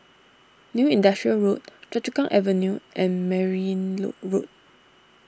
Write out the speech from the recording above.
New Industrial Road Choa Chu Kang Avenue and Merryn Load Road